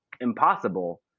impossible